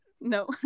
No